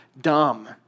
dumb